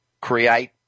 create